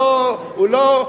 הוא לא,